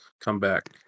comeback